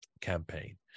campaign